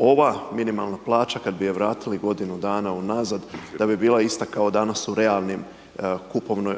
ova minimalna plaća kada bi je vratili godinu dana u nazad da bi bila ista kao danas u realnim,